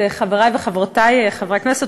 חברי וחברותי חברות הכנסת,